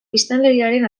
biztanleriaren